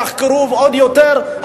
יחקרו עוד יותר,